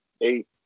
eight